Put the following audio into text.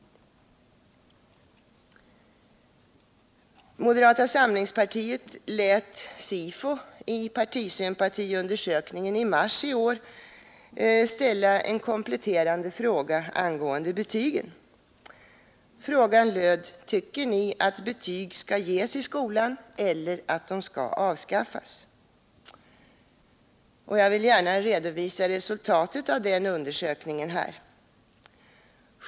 Moderata samlingspartiet lät SIFO i partisympatiundersökningen i mars i år ställa en kompletterande fråga angående betygen. Frågan löd: Tycker ni att betyg skall ges i skolan eller att de skall avskaffas? Jag vill gärna här redovisa resultatet av den undersökningen.